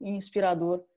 inspirador